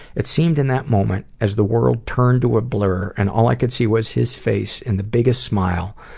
it seemed in that moment, as the world turned to a blur, and all i could see was his face, and the biggest smile.